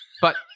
But-